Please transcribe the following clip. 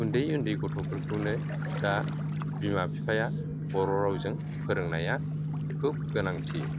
उन्दै उन्दै गथ'फोरखौनो दा बिमा बिफाया बर' रावजों फोरोंनाया खुब गोनांथि